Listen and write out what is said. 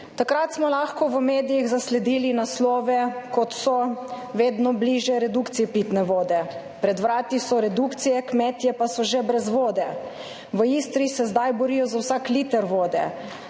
Takrat smo lahko v medijih zasledili naslove, kot so: Vedno bližje redukciji pitne vode, Pred vrati so redukcije, kmetje pa so že brez vode, V Istri se zdaj borijo za vsak liter vode,